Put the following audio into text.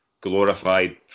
glorified